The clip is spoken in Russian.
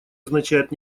означает